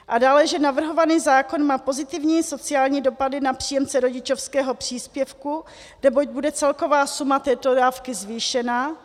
A dále, že navrhovaný zákon má pozitivní sociální dopady na příjemce rodičovského příspěvku, neboť bude celková suma této dávky zvýšena.